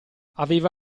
aveva